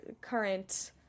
current